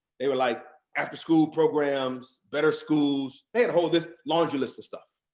they were like after school programs, better schools. they had whole this large list of stuff.